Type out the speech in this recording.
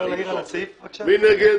מי נגד?